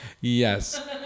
Yes